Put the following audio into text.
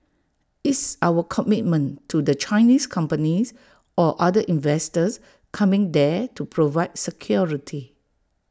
it's our commitment to the Chinese companies or other investors coming there to provide security